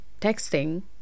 texting